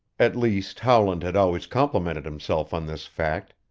at least howland had always complimented himself on this fact,